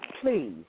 please